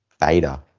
Beta